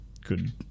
good